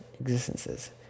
existences